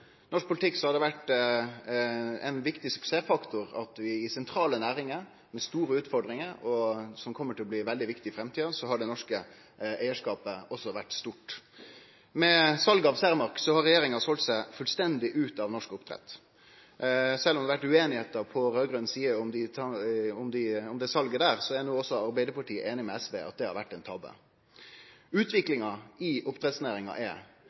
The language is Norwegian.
norsk politikk har det vore ein viktig suksessfaktor at i sentrale næringar med store utfordringar og som kjem til å bli viktige i framtida, har den norske eigarskapen vore stor. Med salet av Cermaq har regjeringa selt seg fullstendig ut av norsk oppdrett. Sjølv om det har vore ueinigheit på raud-grøn side om dette salet, er no også Arbeidarpartiet einig med SV i at det har vore ein tabbe. Utviklinga i oppdrettsnæringa er